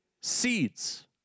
seeds